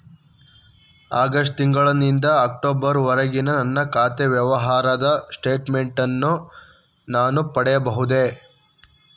August ತಿಂಗಳು ನಿಂದ October ವರೆಗಿನ ನನ್ನ ಖಾತೆ ವ್ಯವಹಾರದ ಸ್ಟೇಟ್ಮೆಂಟನ್ನು ನಾನು ಪಡೆಯಬಹುದೇ?